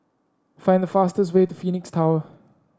find the fastest way to Phoenix Tower